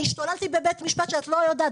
אני השתוללתי בבית-המשפט שאת לא יודעת.